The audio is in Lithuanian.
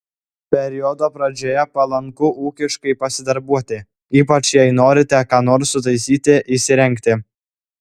periodo pradžioje palanku ūkiškai pasidarbuoti ypač jei norite ką nors sutaisyti įsirengti